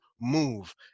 move